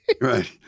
Right